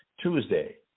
Tuesday